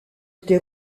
été